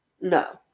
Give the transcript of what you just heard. No